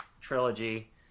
trilogy